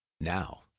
Now